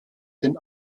dem